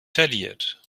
verliert